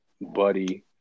Buddy